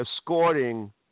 escorting